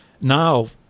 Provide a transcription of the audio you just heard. now